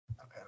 Okay